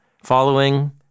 Following